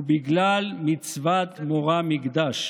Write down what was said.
ובגלל מצוות מורא מקדש.